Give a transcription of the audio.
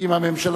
הממשלה.